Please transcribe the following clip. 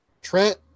trent